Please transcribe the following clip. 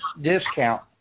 discount